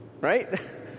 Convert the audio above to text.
Right